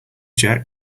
jet